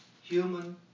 human